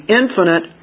infinite